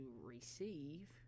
receive